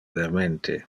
vermente